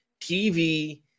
TV